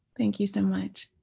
thank you so much.